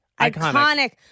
Iconic